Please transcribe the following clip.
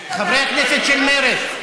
חברי הכנסת של מרצ,